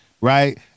right